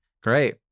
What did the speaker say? Great